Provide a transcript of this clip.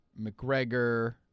McGregor